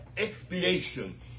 expiation